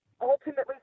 ultimately